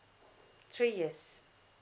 three years